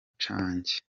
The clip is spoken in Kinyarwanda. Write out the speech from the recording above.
change